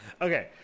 Okay